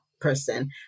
person